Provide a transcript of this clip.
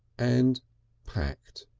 and packed.